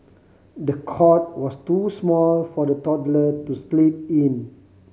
the cot was too small for the toddler to sleep in